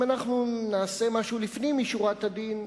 אם אנחנו נעשה משהו לפנים משורת הדין,